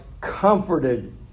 comforted